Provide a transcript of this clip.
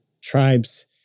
tribes